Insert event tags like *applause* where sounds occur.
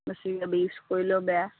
বেছিকৈ *unintelligible* কৰিলেও বেয়া